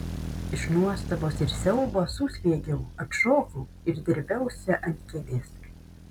iš nuostabos ir siaubo suspiegiau atšokau ir drėbiausi ant kėdės